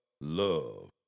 love